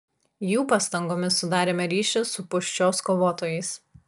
jų pastangomis sudarėme ryšį su pūščios kovotojais